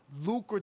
lucrative